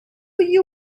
you